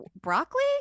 broccoli